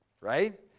right